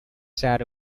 set